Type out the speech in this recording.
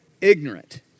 ignorant